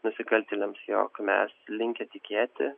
nusikaltėliams jog mes linkę tikėti